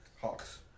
Hawks